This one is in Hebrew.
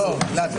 נדון